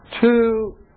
two